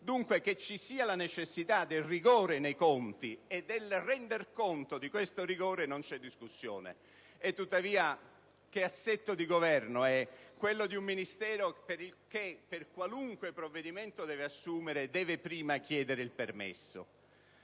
Dunque, sulla necessità del rigore nei conti e di rendere conto di tale rigore non c'è discussione. Tuttavia, che assetto di Governo è quello di un Ministero che per qualunque provvedimento deve prima chiedere il permesso?